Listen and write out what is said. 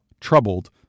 troubled